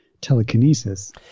telekinesis